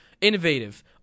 innovative